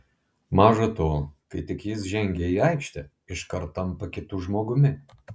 maža to kai tik jis žengia į aikštę iškart tampa kitu žmogumi